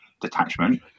detachment